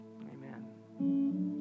Amen